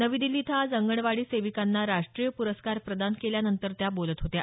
नवी दिल्ली इथं आज अंगणवाडी सेविकांना राष्ट्रीय पुरस्कार प्रदान केल्यानंतर ते बोलत होत्या